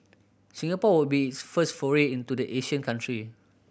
Singapore would be its first foray into the Asian country